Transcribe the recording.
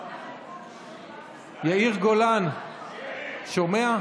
יאיר גולן, שומע?